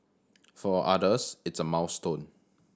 for others it's a milestone